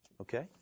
Okay